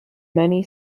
many